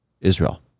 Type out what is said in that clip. Israel